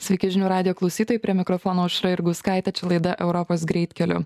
sveiki žinių radijo klausytojai prie mikrofono aušra jurgauskaitė čia laida europos greitkeliu